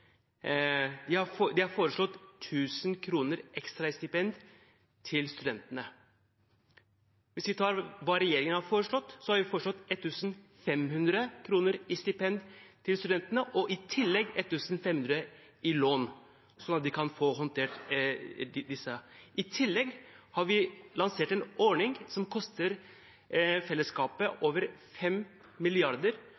De har foreslått 1 000 kr ekstra i stipend til studentene. Hvis vi ser på hva regjeringen har foreslått, er det 1 500 kr i stipend til studentene og i tillegg 1 500 kr i lån, sånn at de kan få håndtert dette. I tillegg har vi lansert en ordning som koster fellesskapet